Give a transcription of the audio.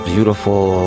Beautiful